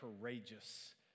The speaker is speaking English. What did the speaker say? courageous